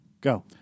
Go